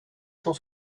cent